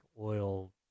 oil